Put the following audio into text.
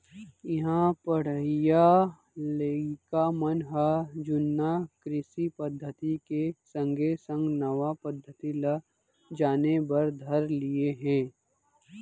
इहां पढ़इया लइका मन ह जुन्ना कृषि पद्धति के संगे संग नवा पद्धति ल जाने बर धर लिये हें